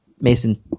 Mason